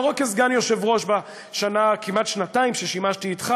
לא רק כסגן היושב-ראש בכמעט השנתיים ששימשתי איתך